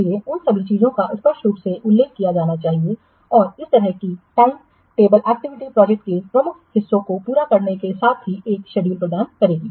इसलिए उन सभी चीजों का स्पष्ट रूप से उल्लेख किया जाना चाहिए और इस तरह की टाइम टेबल एक्टिविटी प्रोजेक्ट के प्रमुख हिस्सों को पूरा करने के समय की एक शेड्यूल प्रदान करेगी